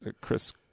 chris